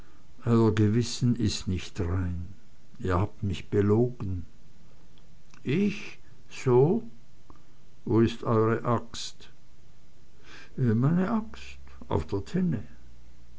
gewissen ist nicht rein ihr habt mich belogen ich so wo ist eure axt meine axt auf der tenne